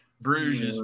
Bruges